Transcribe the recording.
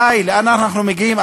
די, לאן אנחנו מגיעים?